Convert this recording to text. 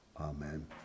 Amen